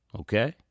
Okay